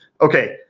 Okay